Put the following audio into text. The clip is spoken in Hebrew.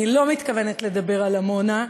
אני לא מתכוונת לדבר על עמונה.